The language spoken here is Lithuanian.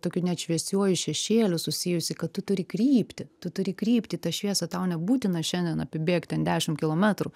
tokiu net šviesiuoju šešėliu susijusi kad tu turi kryptį tu turi krypt į tą šviesą tau nebūtina šiandien apibėgt ten dešim kilometrų